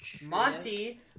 Monty